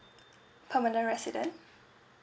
permanent resident